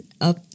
up